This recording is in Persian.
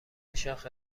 شاخه